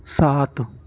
سات